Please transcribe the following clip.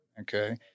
Okay